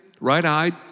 right-eyed